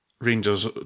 Rangers